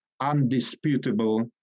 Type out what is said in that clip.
undisputable